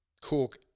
Cook